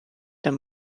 des